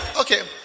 Okay